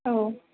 औ